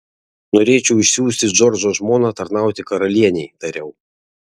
norėčiau išsiųsti džordžo žmoną tarnauti karalienei tariau